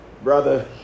Brother